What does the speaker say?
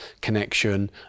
connection